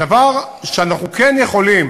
הדבר שאנחנו כן יכולים